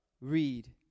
read